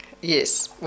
Yes